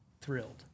thrilled